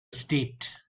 state